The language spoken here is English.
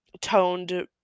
toned